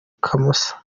kamoso